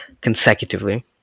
consecutively